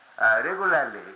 regularly